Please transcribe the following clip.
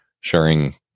sharing